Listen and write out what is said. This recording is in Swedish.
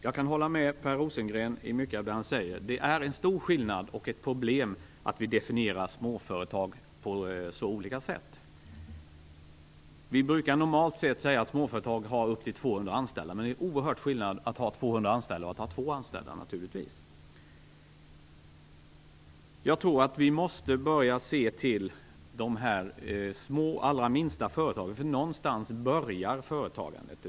Jag kan hålla med Per Rosengren i mycket av det han säger. Det är ett problem att vi definierar småföretag på så olika sätt. Vi brukar normalt sett säga att småföretag har upp till 200 anställda. Men det är naturligtvis en oerhörd skillnad mellan att ha 200 anställda och att ha två anställda. Jag tror att vi måste börja se till de allra minsta företagen. Någonstans börjar företagandet.